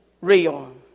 real